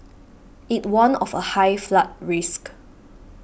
it warned of a high flood risk